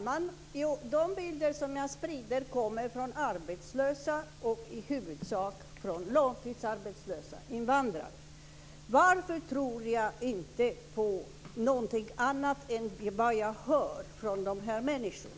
Fru talman! De bilder som jag sprider kommer i huvudsak från långtidsarbetslösa invandrare. Varför tror jag inte på någonting annat än vad jag hör från dessa människor?